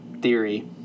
theory